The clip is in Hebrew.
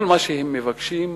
כל מה שהם מבקשים,